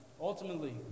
Ultimately